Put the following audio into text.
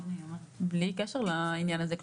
של העובד וזה בלי קשר לעניין הזה של הוראת השעה.